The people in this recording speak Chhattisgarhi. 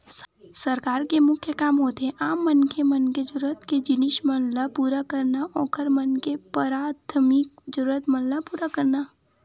सरकार के मुख्य काम होथे आम मनखे मन के जरुरत के जिनिस मन ल पुरा करना, ओखर मन के पराथमिक जरुरत मन ल पुरा करना